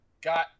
got